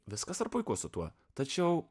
viskas puiku su tuo tačiau